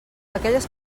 aquelles